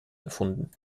erfunden